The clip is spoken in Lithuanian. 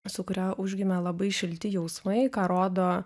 su kuria užgimė labai šilti jausmai ką rodo